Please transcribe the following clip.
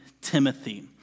Timothy